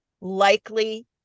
likely